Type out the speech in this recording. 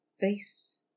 face